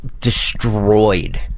destroyed